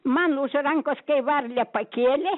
man už rankos kai varlę pakėlė